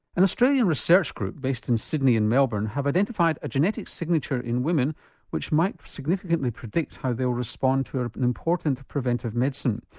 an australian research group based in sydney and melbourne have identified a genetic signature in women which might significantly predict how they will respond to ah an important preventive medicine.